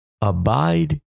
abide